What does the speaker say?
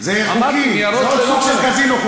ניירות ללא ערך.